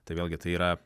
tai vėlgi tai yra